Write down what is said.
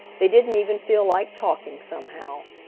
they didn't even feel like talking, somehow.